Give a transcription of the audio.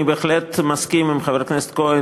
אני בהחלט מסכים עם חבר הכנסת כהן